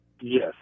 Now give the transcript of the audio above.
Yes